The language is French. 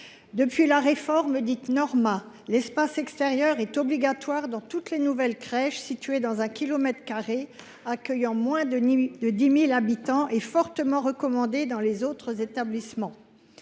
petite enfance, dite Norma, l’espace extérieur est obligatoire dans toutes les nouvelles crèches situées dans un kilomètre carré accueillant moins de 10 000 habitants et fortement recommandé dans les autres établissements.